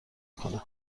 کنم